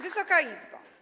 Wysoka Izbo!